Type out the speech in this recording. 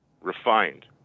refined